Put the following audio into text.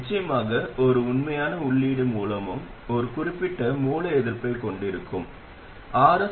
நிச்சயமாக ஒரு உண்மையான உள்ளீட்டு மூலமும் ஒரு குறிப்பிட்ட மூல எதிர்ப்பைக் கொண்டிருக்கும் Rs